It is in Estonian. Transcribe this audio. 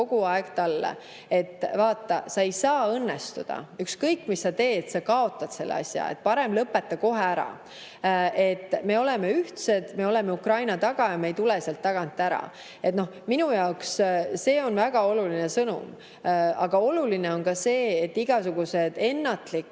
kogu aeg, et vaata, sa ei saa õnnestuda, ükskõik, mis sa teed, sa kaotad selle [sõja], parem lõpeta kohe ära. Me oleme ühtsed, me oleme Ukraina taga ja me ei tule sealt tagant ära. Minu jaoks on see väga oluline sõnum. Aga oluline on ka see, et igasugused ennatlikud